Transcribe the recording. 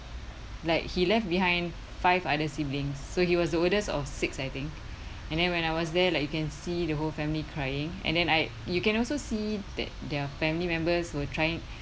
like he left behind five other siblings so he was the oldest of six I think and then when I was there like you can see the whole family crying and then I you can also see that their family members were trying